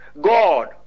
god